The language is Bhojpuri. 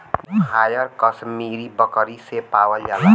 मोहायर कशमीरी बकरी से पावल जाला